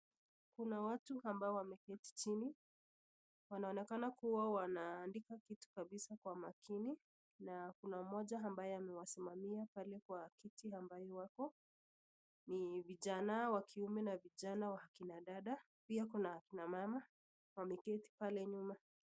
Kuna watu ambao wameketi chini wanaonekana kuwa wanaandika kitu kabisa kwa makini na kuna moja ambaye anawasimamia pale kwa kiti ambaye iko hapo ni vijana wa kiume na vijana wa akina dada pia kuna mama wameketi pale nyuma.